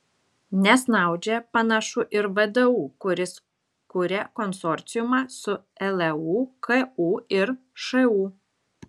nesnaudžia panašu ir vdu kuris kuria konsorciumą su leu ku ir šu